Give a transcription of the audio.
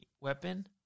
weapon